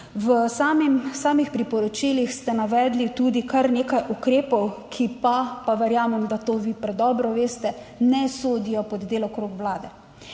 samih priporočilih ste navedli tudi kar nekaj ukrepov, ki pa, pa verjamem, da to vi predobro veste, ne sodijo pod delokrog vlade.